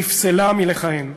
נפסלה מלכהן.